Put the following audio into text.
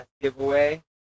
Giveaway